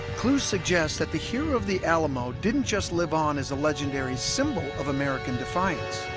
clues suggest that the hero of the alamo didn't just live on as a legendary symbol of american defiance